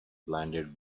blinded